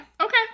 okay